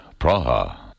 Praha